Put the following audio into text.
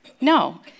No